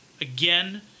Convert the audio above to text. again